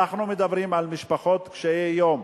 אנחנו מדברים על משפחות קשות יום,